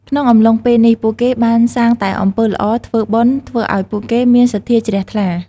ក្នុងអំឡុងពេលនេះ ពួកគេបានសាងតែអំពើល្អ ធ្វើបុណ្យ ធ្វើឲ្យពួកគេមានសន្ធាជ្រះថ្លា។